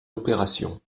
opérations